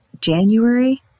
January